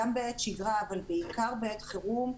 גם בעת שגרה אבל בעיקר בעת חירום,